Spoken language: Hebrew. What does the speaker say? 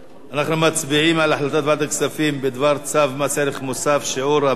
אנחנו מצביעים על החלטת ועדת הכספים בדבר צו מס ערך מוסף (שיעור המס